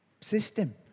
system